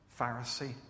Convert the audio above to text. Pharisee